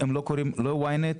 הם לא קוראים לא YNET,